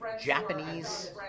Japanese